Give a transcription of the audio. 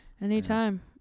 Anytime